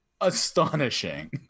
astonishing